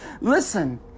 Listen